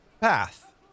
path